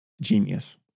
Genius